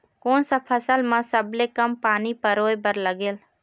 कोन सा फसल मा सबले कम पानी परोए बर लगेल?